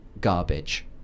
garbage